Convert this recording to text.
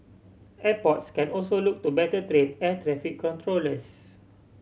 airports can also look to better train air traffic controllers